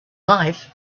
life